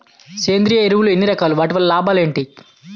సేంద్రీయ ఎరువులు ఎన్ని రకాలు? వాటి వల్ల లాభాలు ఏంటి?